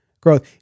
growth